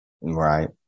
Right